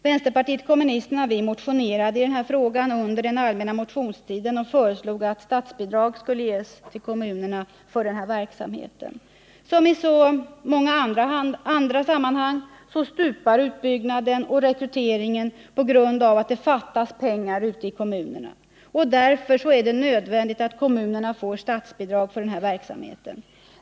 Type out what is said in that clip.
Vpk motionerade i denna fråga under den allmänna motionstiden och föreslog att statsbidrag skulle ges till kommunerna för denna verksamhet. Som i så många andra sammanhang stupar utbyggnaden och rekryteringen på att det fattas pengar i kommunerna. Därför är det nödvändigt att kommunerna får statsbidrag för verksamheten.